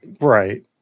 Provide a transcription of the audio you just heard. Right